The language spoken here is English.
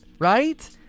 right